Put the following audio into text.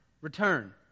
return